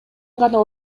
гана